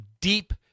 deep